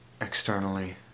externally